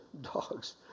dogs